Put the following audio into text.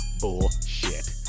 bullshit